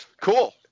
Cool